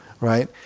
Right